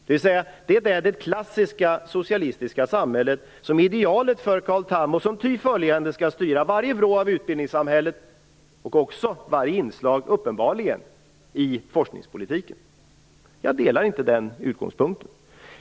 Det är alltså det klassiska socialistiska samhället som är idealet för Carl Tham och som ty följande skall styra varje vrå av utbildningssamhället och uppenbarligen också varje inslag i forskningspolitiken. Jag delar inte det synsättet.